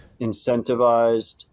incentivized